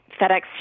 FedEx